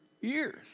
years